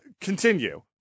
continue